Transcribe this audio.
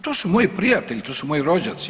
To su moji prijatelji, to su moji rođaci.